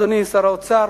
אדוני שר האוצר,